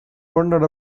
wondered